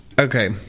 okay